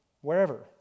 wherever